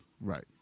Right